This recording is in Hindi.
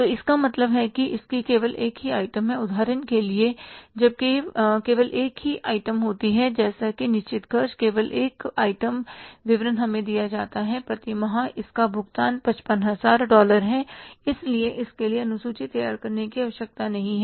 तो इसका मतलब यह है कि इसकी केवल एक ही आइटम है उदाहरण के लिए जब केवल एक ही आइटम होती है जैसे कि निश्चित खर्च केवल एक आइटम विवरण हमें दिया जाता है प्रति माह इसका भुगतान 55 हजार डॉलर है इसलिए इसके लिए अनुसूची तैयार करने की आवश्यकता नहीं है